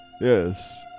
Yes